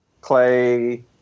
Clay